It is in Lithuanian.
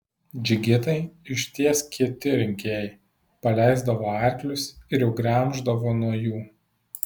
džigitai iš ties kieti rinkėjai paleisdavo arklius ir jau gremždavo nuo jų